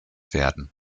werden